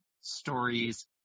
stories